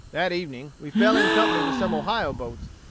that evening we fell in company with some ohio boats,